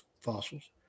fossils